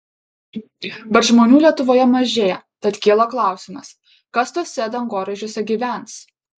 bet žmonių lietuvoje mažėja tad kyla klausimas kas tuose dangoraižiuose gyvens